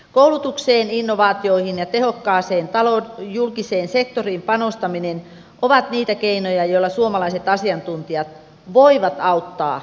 koulutukseen innovaatioihin ja tehokkaaseen taloon julkiseen sektoriin panostaminen omat viitekeinoja joilla suomalaiset asiantuntijat voivat auttaa